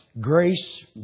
Grace